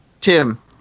Tim